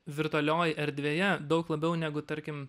virtualioj erdvėje daug labiau negu tarkim